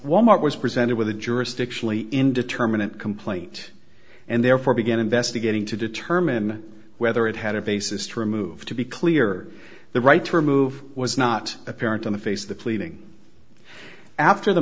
wal mart was presented with a jurisdictionally indeterminant complaint and therefore began investigating to determine whether it had a basis to remove to be cleared the right to remove was not apparent on the face of the pleading after the